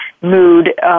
mood